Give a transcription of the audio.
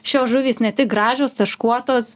šios žuvys ne tik gražios taškuotos